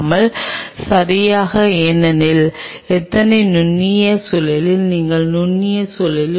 செல் மேற்பரப்பு negative charge இதுவே நம்பப்படுகிறது